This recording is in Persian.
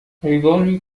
حیوانی